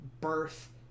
birth